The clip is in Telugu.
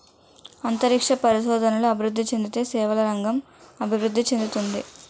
అంతరిక్ష పరిశోధనలు అభివృద్ధి చెందితే సేవల రంగం అభివృద్ధి చెందుతుంది